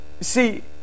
See